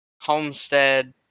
Homestead